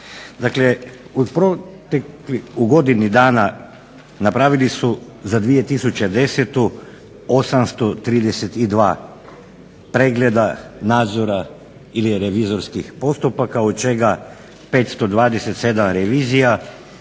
u godini dana napravili su za 2010. 832 pregleda nadzora, ili revizorskih postupaka od čega 527 revizija,